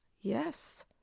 yes